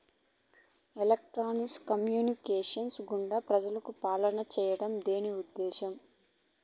electronics communications గుండా ప్రజలకు పాలన చేయడం దీని ఉద్దేశం